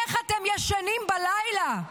איך אתם ישנים בלילה?